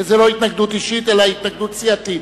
כי זו לא התנגדות אישית אלא התנגדות סיעתית.